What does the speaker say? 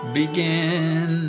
begin